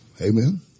Amen